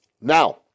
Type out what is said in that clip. Now